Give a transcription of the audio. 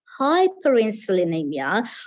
hyperinsulinemia